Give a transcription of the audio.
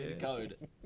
code